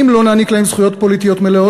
אם לא נעניק להם זכויות פוליטיות מלאות,